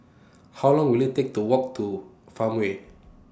How Long Will IT Take to Walk to Farmway